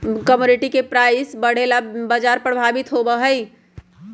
commodity के price बढ़े से बाजार प्रभावित होबा हई